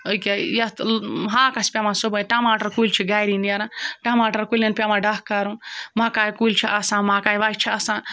أکیٛاہ یَتھ ہاکَس پیٚوان صُبحٲے ٹماٹَر کُلۍ چھِ گَرے نیران ٹماٹَر کُلٮ۪ن پیٚوان ڈَکھ کَرُن مَکاے کُلۍ چھِ آسان مَکاے وَچہِ چھِ آسان